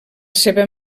seva